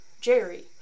Jerry